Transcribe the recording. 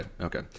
Okay